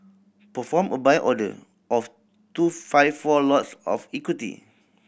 perform a Buy order of two five four lots of equity